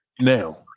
now